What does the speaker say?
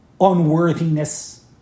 unworthiness